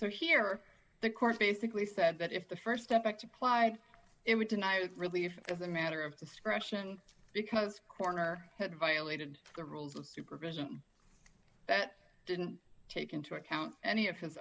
so here the court basically said that if the st step back to apply it would deny was relief as a matter of discretion because coroner had violated the rules of supervision that didn't take into account any of his